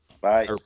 Bye